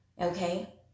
Okay